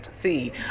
see